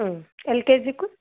ఎల్కేజీకి